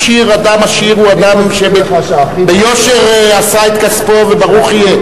אדם עשיר הוא אדם שביושר עשה את כספו, וברוך יהיה.